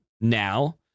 now